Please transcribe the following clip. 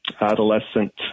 adolescent